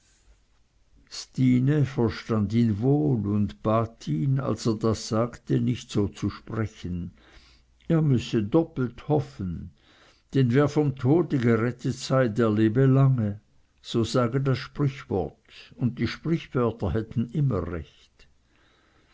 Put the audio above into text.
stine verstand ihn wohl und bat ihn als er das sagte nicht so zu sprechen er müsse doppelt hoffen denn wer vom tode gerettet sei der lebe lange so sage das sprichwort und die sprichwörter hätten immer recht